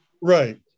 Right